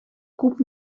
күп